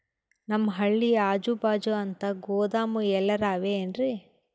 ನಮ್ ಹಳ್ಳಿ ಅಜುಬಾಜು ಅಂತ ಗೋದಾಮ ಎಲ್ಲರೆ ಅವೇನ್ರಿ?